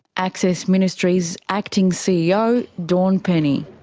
access ministries acting ceo, dawn penney.